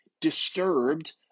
disturbed